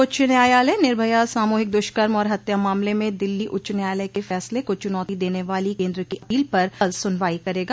सर्वोच्च न्यायालय निर्भया सामूहिक दुष्कर्म और हत्या मामले में दिल्ली उच्च न्यायालय के फसले को चुनौती देने वालो केन्द्र की अपील पर कल सुनवाई करेगा